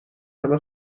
همه